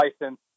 license